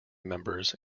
members